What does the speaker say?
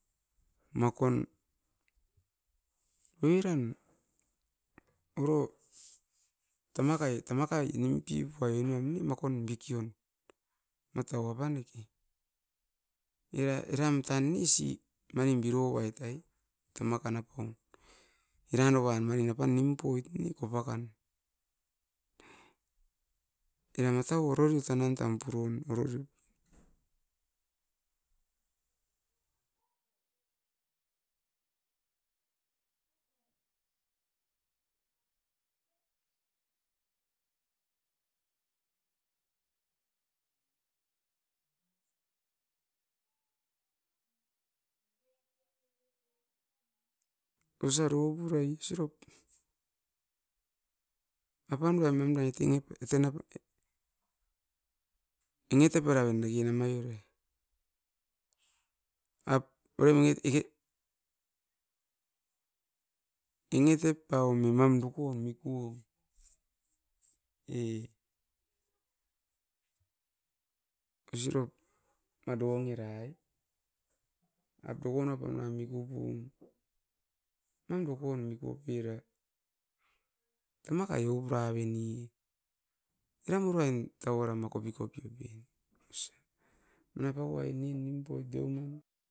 Makon oiran, oro tamakai-tamakai inom pipua iniom ne makon bikion matau apaneke, era eram tan ne'si manin biro vait ai tamakan apaun. Era novan manin apan nimpoit ne kopakan, era matau ororio tanan tam purun ororio. Osa rou purai isirop, apan nuaim mamda i tingip eten ap engetep era oin dingi namai'ove, ap oiran nget eke. Engetep paumi mam doko miku o, e osirop maduong era'i, a duon apan nuami kupun. Naim dokon miku pira, tamakai oupura beni e. Eram urain tauara ma kopi-kopi-kopi osa, manap awai nin nimpoit deoman.